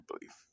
belief